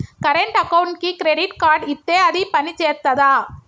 Current అకౌంట్కి credit card ఇత్తే అది పని చేత్తదా?